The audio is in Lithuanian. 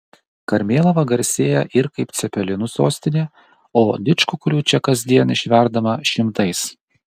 karmėlava garsėja ir kaip cepelinų sostinė o didžkukulių čia kasdien išverdama šimtais